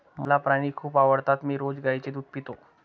मला प्राणी खूप आवडतात मी रोज गाईचे दूध पितो